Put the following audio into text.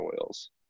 oils